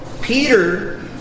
Peter